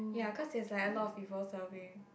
ya cause there's like a lot of people serving